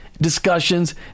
discussions